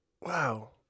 Wow